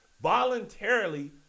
voluntarily